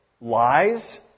lies